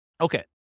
Okay